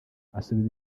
asubiza